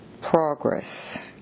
progress